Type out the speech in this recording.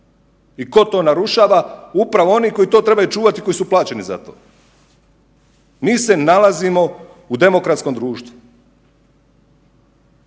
I tko to narušava? Upravo oni koji to trebaju čuvati i koji su plaćeni za to. Mi se nalazimo u demokratskom društvu,